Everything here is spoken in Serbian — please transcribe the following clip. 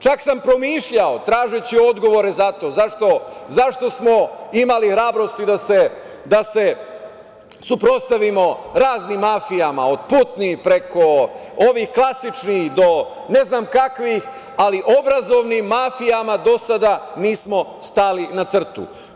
Čak sam promišljao tražeći odgovore za to zašto smo imali hrabrosti da se suprotstavimo raznim mafijama, od putnih, preko ovih klasičnih do ne znam kakvih, ali obrazovnim mafijama do sada nismo stali na crtu.